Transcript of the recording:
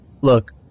look